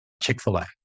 Chick-fil-A